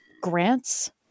grants